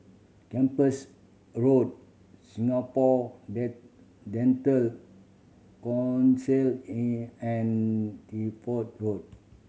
Kempas Road Singapore Dental Council and and Deptford Road